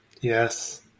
Yes